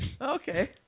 Okay